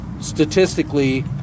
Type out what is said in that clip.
statistically